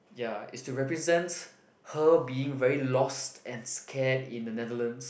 ya it's to represents her being very lost and scared in the Netherlands